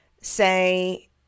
say